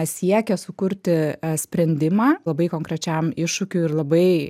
siekia sukurti sprendimą labai konkrečiam iššūkiui ir labai